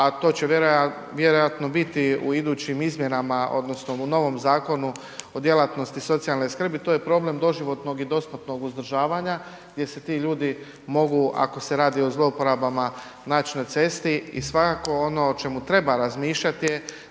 a to će vjerojatno biti u idućim izmjenama odnosno u novom Zakonu o djelatnosti socijalne skrbi to je problem doživotnog i dosmrtnog uzdržavanja gdje se ti ljudi mogu ako se radi o zlouporabama naći na cesti i svakako ono o čemu treba razmišljati je